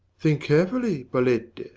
think carefully, bolette.